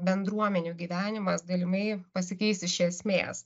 bendruomenių gyvenimas galimai pasikeis iš esmės